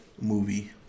movie